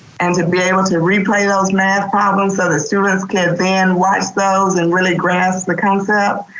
and to be able to replay those math problems so that students could then watch those and really grasp the concept,